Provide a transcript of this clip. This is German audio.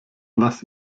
was